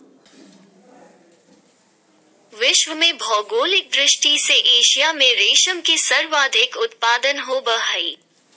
विश्व में भौगोलिक दृष्टि से एशिया में रेशम के सर्वाधिक उत्पादन होबय हइ